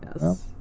Yes